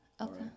Okay